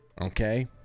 Okay